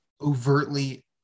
overtly